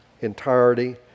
entirety